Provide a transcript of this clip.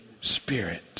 Spirit